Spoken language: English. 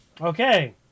Okay